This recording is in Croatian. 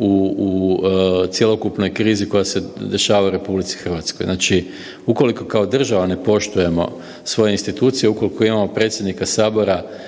u cjelokupnoj krizi koja se dešava u RH. Znači, ukoliko kao država ne poštujemo svoje institucije, ukoliko imamo predsjednika sabora